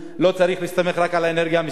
לא צריך להסתמך על האנרגיה מחו"ל,